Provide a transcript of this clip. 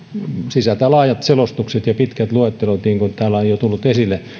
sisältää laajat selostukset ja pitkät luettelot niin kuin täällä on jo tullut esille